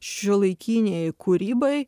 šiuolaikinei kūrybai